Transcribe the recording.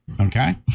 okay